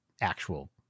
actual